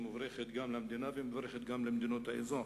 מבורכת גם למדינה ומבורכת גם למדינות האזור,